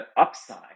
upside